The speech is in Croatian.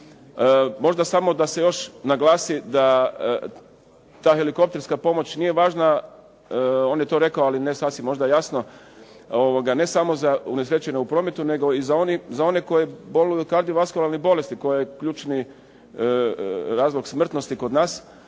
Možda samo da se još naglasi da ta helikopterska pomoć nije važna, on je to rekao ali ne sasvim možda jasno, ne samo za unesrećene u prometu nego i za one koji boluju od kardiovaskularnih bolesti koja je ključni razlog smrtnosti kod nas.